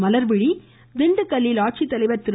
மலர்விழி திண்டுக்கல்லில் ஆட்சித்தலைவர் திரு